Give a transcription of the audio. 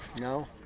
No